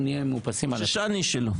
חוששני שלא.